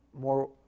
more